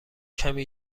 کمی